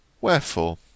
Wherefore